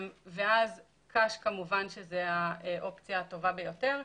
קש, כמובן שהיא האופציה הטובה ביותר.